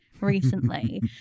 recently